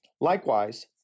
Likewise